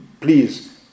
please